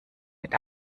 mit